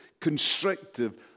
constrictive